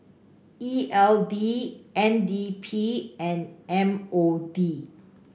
E L D N D P and M O D